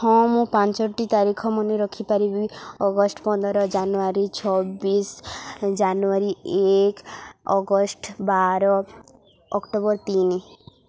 ହଁ ମୁଁ ପାଞ୍ଚଟି ତାରିଖ ମନେ ରଖିପାରିବି ଅଗଷ୍ଟ ପନ୍ଦର ଜାନୁଆରୀ ଛବିଶି ଜାନୁଆରୀ ଏକ ଅଗଷ୍ଟ ବାର ଅକ୍ଟୋବର ତିନି